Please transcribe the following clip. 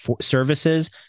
services